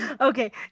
Okay